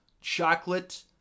chocolate